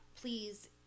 please